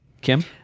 Kim